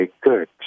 good